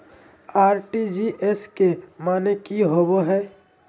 RTGS के माने की होबो है?